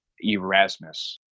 Erasmus